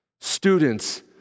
Students